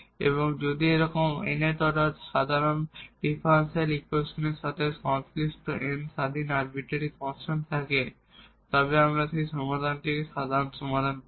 এবং যদি এরকম nth অর্ডার সাধারণ ডিফারেনশিয়াল ইকুয়েশনের সাথে সংশ্লিষ্ট n ইন্ডিপেন্ডেন্ট আরবিটারি কনস্ট্যান্ট থাকে তবে আমরা এই সমাধানটিকে সাধারণ সমাধান বলি